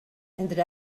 entre